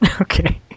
Okay